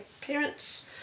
parents